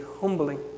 humbling